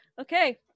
Okay